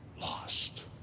lost